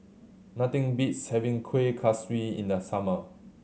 nothing beats having Kueh Kaswi in the summer